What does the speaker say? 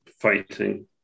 fighting